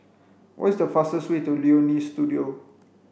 what is the fastest way to Leonie Studio